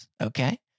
Okay